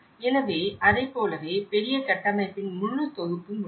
எனவே அதைப் போலவே பெரிய கட்டமைப்பின் முழு தொகுப்பும் உள்ளது